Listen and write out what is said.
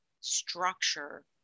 structure